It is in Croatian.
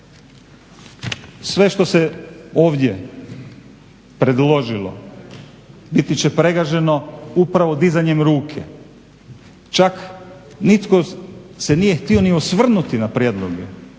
Sve što se ovdje predložilo biti će pregaženo upravo dizanjem ruku, čak nitko se nije htio ni osvrnuti na prijedloge,